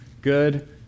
good